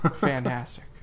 Fantastic